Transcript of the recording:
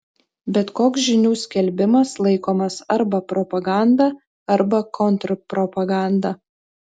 bet koks žinių skelbimas laikomas arba propaganda arba kontrpropaganda